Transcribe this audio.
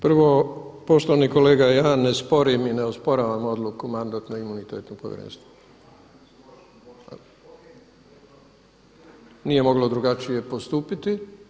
Prvo, poštovani kolega ja ne sporim i ne osporavam odluku Mandatno-imunitetnog povjerenstva, nije moglo drugačije postupiti.